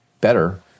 better